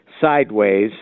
Sideways